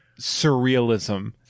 surrealism